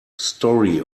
story